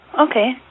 Okay